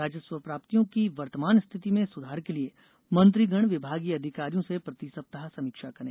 राजस्व प्राप्तियों की वर्तमान स्थिति में सुधार के लिए मंत्रीगण विभागीय अधिकारियों से प्रति सप्ताह समीक्षा करें